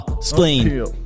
spleen